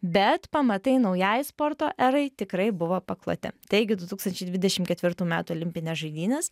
bet pamatai naujai sporto erai tikrai buvo pakloti taigi du tūkstančiai dvidešim ketvirtų metų olimpinės žaidynės